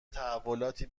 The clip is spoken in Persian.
تحولاتی